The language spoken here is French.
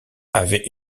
avait